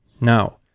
Now